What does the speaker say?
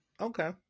okay